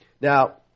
Now